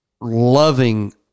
loving